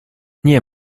nie